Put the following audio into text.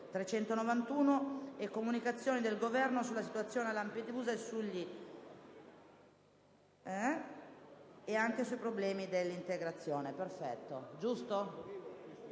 con le comunicazioni del Governo sulla situazione a Lampedusa e sui problemi dell'integrazione.